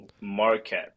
market